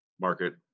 market